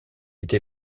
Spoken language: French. été